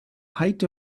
height